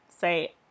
say